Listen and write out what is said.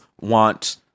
want